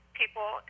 people